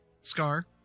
Scar